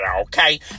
okay